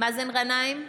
מאזן גנאים,